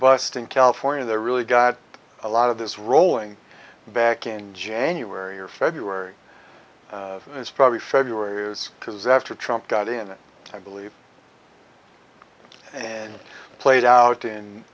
bust in california that really got a lot of this rolling back in january or february and it's probably february is because after trump got in it i believe and played out in